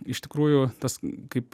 iš tikrųjų tas kaip